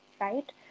Right